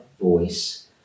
voice